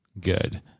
good